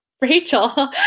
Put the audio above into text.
Rachel